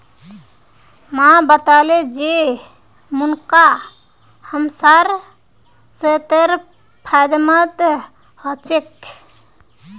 माँ बताले जे मुनक्का हमसार सेहतेर फायदेमंद ह छेक